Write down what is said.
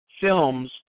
films